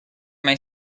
mai